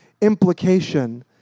implication